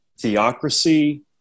Theocracy